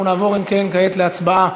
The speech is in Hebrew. אנחנו נעבור, אם כן, כעת להצבעה